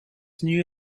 knew